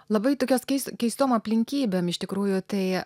labai tokias keis keistom aplinkybėm iš tikrųjų tai